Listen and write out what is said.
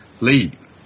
leave